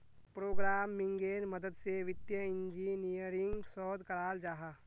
प्रोग्रम्मिन्गेर मदद से वित्तिय इंजीनियरिंग शोध कराल जाहा